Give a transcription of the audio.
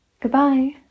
Goodbye